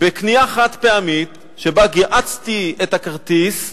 בקנייה חד-פעמית שבה גיהצתי את הכרטיס,